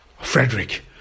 Frederick